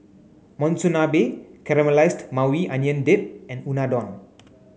Monsunabe Caramelized Maui Onion Dip and Unadon